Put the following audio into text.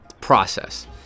process